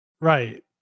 Right